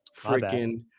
freaking